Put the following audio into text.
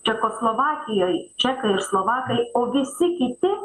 čekoslovakijoj čekai ir slovakai o visi kiti